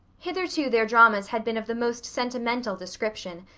hitherto their dramas had been of the most sentimental description,